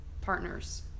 partners